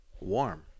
warm